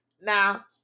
now